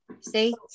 See